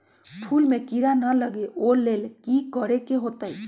फूल में किरा ना लगे ओ लेल कि करे के होतई?